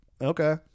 okay